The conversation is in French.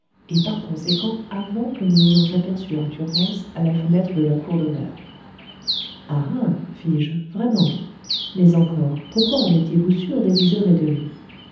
et par conséquent avant que nous n'ayons aperçu arthur rance à la fenêtre de la cour d'honneur ah ah fis-je vraiment mais encore pourquoi en étiez-vous sûr dès dix heures et demie